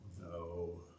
no